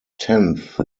tenth